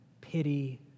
pity